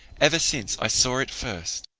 ever since i saw it first.